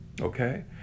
okay